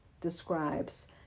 describes